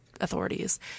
authorities